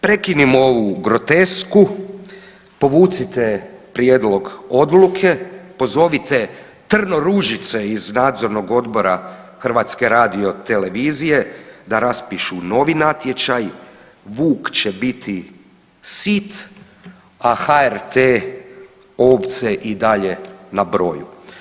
Prekinimo ovu grotesku, povucite prijedlog odluke, pozovite trnoružice iz nadzornog odbora HRT-a da raspišu novi natječaj, vuk će biti sit, a HRT ovce i dalje na broju.